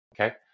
Okay